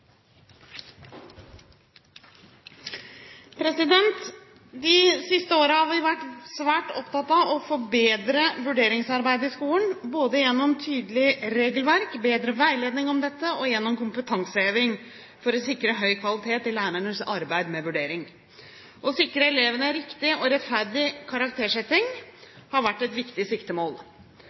De siste årene har vi vært svært opptatt av å forbedre vurderingsarbeidet i skolen, både gjennom et tydelig regelverk, bedre veiledning om dette og gjennom kompetanseheving for å sikre høy kvalitet i lærernes arbeid med vurdering. Å sikre elevene riktig og rettferdig karaktersetting har vært et viktig siktemål.